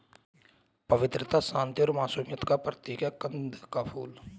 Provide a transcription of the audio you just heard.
पवित्रता, शांति और मासूमियत का प्रतीक है कंद का फूल